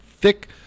Thick